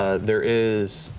ah there is